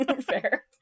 Fair